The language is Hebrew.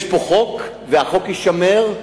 יש פה חוק והחוק יישמר,